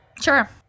Sure